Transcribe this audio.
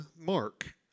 Mark